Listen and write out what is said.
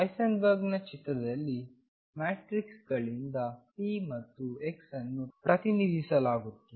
ಹೈಸೆನ್ಬರ್ಗ್ನ ಚಿತ್ರದಲ್ಲಿ ಮ್ಯಾಟ್ರಿಕ್ಗಳಿಂದ x ಮತ್ತು p ಅನ್ನು ಪ್ರತಿನಿಧಿಸಲಾಗುತ್ತದೆ